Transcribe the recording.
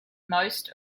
most